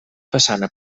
façana